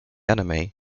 anime